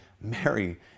Mary